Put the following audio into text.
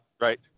Right